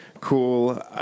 cool